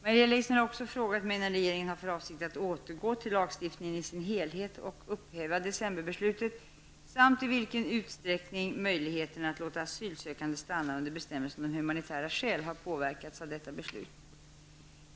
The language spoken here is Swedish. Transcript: Maria Leissner har också frågat mig när regeringen har för avsikt att återgå till lagstiftningen i dess helhet och upphäva ''december-beslutet'' samt i vilken utsträckning möjligheten att låta asylsökande stanna under bestämmelsen om humanitära skäl har påverkats av detta beslut.